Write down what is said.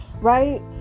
right